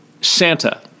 SANTA